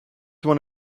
one